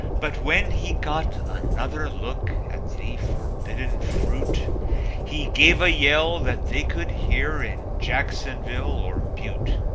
but when he got another look at the forbidden fruit he gave a yell that they could hear in jacksonville or butte.